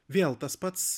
vėl tas pats